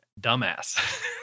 dumbass